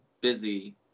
busy